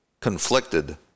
conflicted